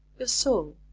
your soul.